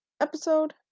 episode